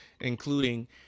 including